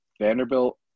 Vanderbilt